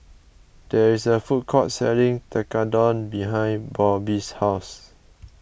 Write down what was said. there is a food court selling Tekkadon behind Robby's house